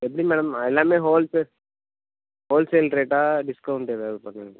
எப்படி மேடம் அது எல்லாமே ஹோல்சேல் ஹோல்சேல் ரேட்டா டிஸ்கௌண்ட் ஏதாவது பண்ணுவீங்களா